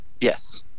yes